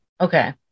Okay